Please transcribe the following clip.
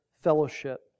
fellowship